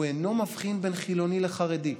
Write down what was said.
הוא אינו מבחין בין חילוני לחרדי.